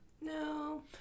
No